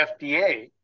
FDA